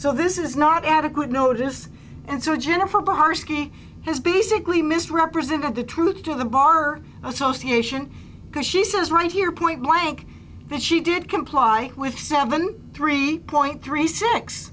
so this is not adequate notice and so jennifer barsky has basically misrepresented the truth to the bar association because she says right here point blank that she did comply with seven three point three six